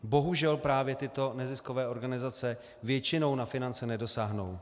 Bohužel právě tyto neziskové organizace většinou na finance nedosáhnou.